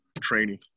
training